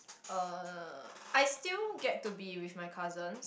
uh I still get to be with my cousins